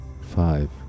five